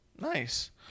Nice